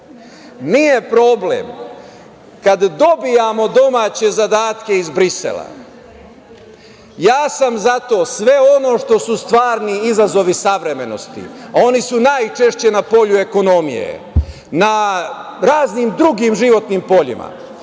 Nije problem kad dobijamo domaće zadatke iz Brisela, ja sam za to, sve ono što su stvarni izazovi savremenosti, a oni su najčešće na polju ekonomije, na raznim drugim životnim poljima,